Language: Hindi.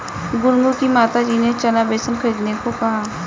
गुनगुन की माताजी ने चना बेसन खरीदने को कहा